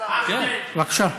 בבקשה.